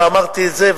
ואמרתי את זה,